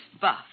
Buff